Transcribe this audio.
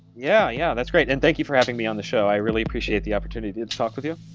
yeah yeah, that's great, and thank you for having me on the show. i really appreciate the opportunity to talk with you.